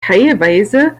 teilweise